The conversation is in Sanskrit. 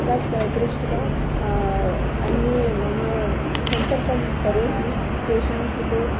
तत् दृष्ट्वा अन्ये मम सम्पर्कं करोति तेषां कृते